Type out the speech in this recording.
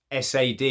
SAD